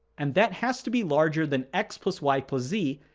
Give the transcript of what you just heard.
and that has to be larger than x but y z,